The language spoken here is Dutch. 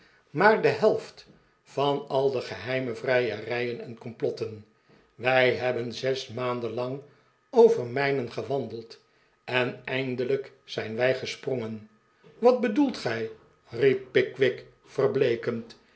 maar de helft van al de geheime vrijerijen en complotten wij hebben zes maanden lang over mijnen gewarideld en eindelijk zijn zij gesprongen wa't bedoelt gij riep pickwick verbleekend